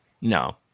no